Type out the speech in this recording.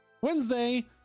Wednesday